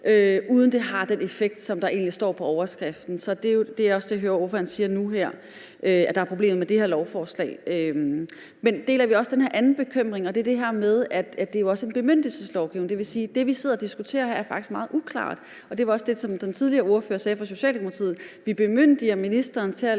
uden at det har den effekt, som der egentlig står i overskriften det skal have. Det er også det, jeg hører ordføreren sige nu her er problemet med det her lovforslag. Men deler vi også den her anden bekymring om, at det jo også er en bemyndigelseslovgivning, og at det vil sige, at det, vi sidder og diskuterer her, faktisk er meget uklart? Det var også det, som tidligere ordfører for Socialdemokratiet sagde: Vi bemyndiger ministeren til at